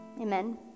Amen